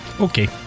Okay